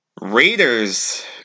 Raiders